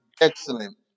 excellent